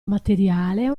materiale